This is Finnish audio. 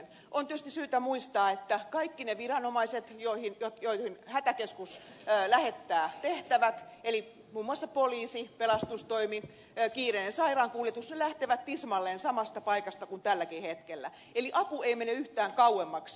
on tietysti syytä muistaa että kaikki ne viranomaiset joille hätäkeskus lähettää tehtävät eli muun muassa poliisi pelastustoimi kiireellinen sairaankuljetus lähtevät tismalleen samasta paikasta kuin tälläkin hetkellä eli apu ei mene yhtään kauemmaksi